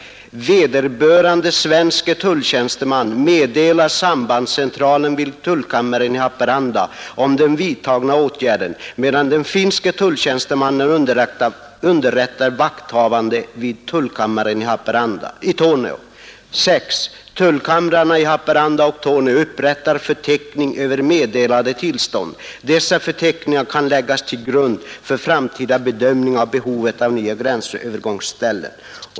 Vederbörande svenske tulltjänsteman meddelar sambandscentralen vid tullkammaren i Haparanda om den vidtagna åtgärden, medan den finske tulltjänstemannen underrättar vakthavande vid tullkammaren i Torneå. 6. Tullkamrarna i Haparanda och Torneå upprättar förteckning över meddelade tillstånd. Dessa förteckningar kan läggas till grund för framtida bedömning av behovet av nya gränsövergångsställen.